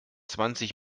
zwanzig